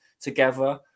together